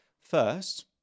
First